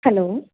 hello